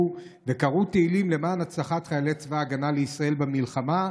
וקראו תהילים למען הצלחת חיילי צבא הגנה לישראל במלחמה,